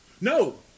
No